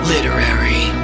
Literary